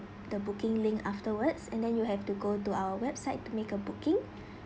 the booking link afterwards and then you have to go to our website to make a booking